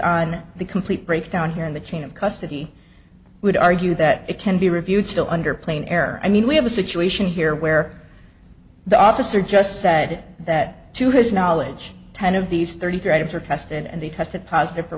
on the complete breakdown here in the chain of custody would argue that it can be reviewed still under plane air i mean we have a situation here where the officer just said that to his knowledge ten of these thirty three items were tested and they tested positive for